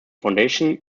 foundation